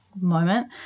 moment